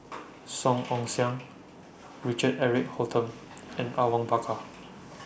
Song Ong Siang Richard Eric Holttum and Awang Bakar